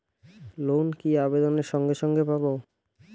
Loan কি আবেদনের সঙ্গে সঙ্গে পাব?